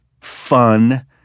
fun